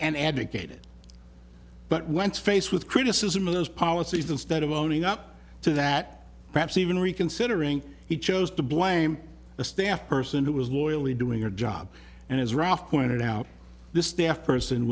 and advocated but when faced with criticism of those policies instead of owning up to that perhaps even reconsidering he chose to blame a staff person who was loyally doing her job and as rough pointed out this staff person